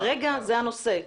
כרגע זה הנושא.